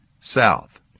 South